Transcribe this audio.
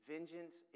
Vengeance